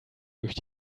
durch